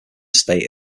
state